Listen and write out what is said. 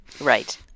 right